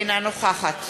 אינה נוכחת